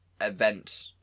event